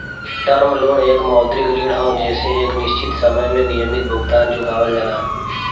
term loan एक मौद्रिक ऋण हौ जेसे एक निश्चित समय में नियमित भुगतान चुकावल जाला